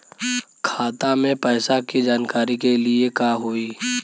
खाता मे पैसा के जानकारी के लिए का होई?